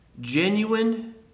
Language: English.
Genuine